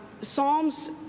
Psalms